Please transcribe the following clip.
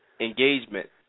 engagement